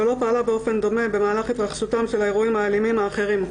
לא פעלה באופן דומה במהלך התרחשותם של האירועים האלימים האחרים".